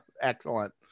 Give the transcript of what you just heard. excellent